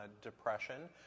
depression